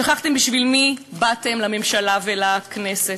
שכחתם בשביל מי באתם לממשלה ולכנסת.